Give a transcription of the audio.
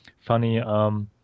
funny